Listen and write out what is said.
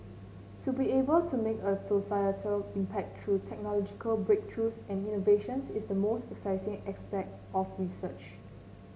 to be able to make a societal impact through technological breakthroughs and innovations is the most exciting aspect of research